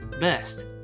best